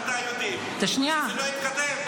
אני ואתה יודעים שזה לא יתקדם,